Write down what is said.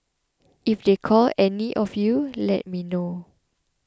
if they call any of you let me know